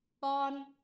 Born